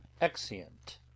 exeunt